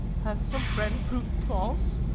hath some friend proved false?